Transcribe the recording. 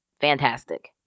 Fantastic